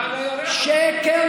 איפה אתה חי, אתה חי פה?